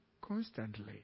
constantly